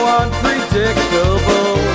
unpredictable